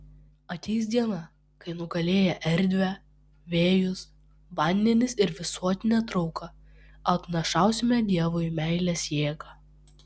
ateis diena kai nugalėję erdvę vėjus vandenis ir visuotinę trauką atnašausime dievui meilės jėgą